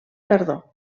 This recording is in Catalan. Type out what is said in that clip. tardor